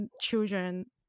children